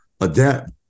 adapt